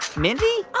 mindy? ah